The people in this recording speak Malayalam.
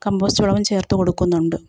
കമ്പോസ്റ്റ് വളവും ചേർത്തു കൊടുക്കുന്നുണ്ട്